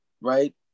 right